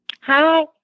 hi